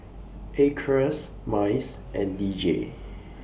Acres Mice and D J